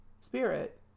spirit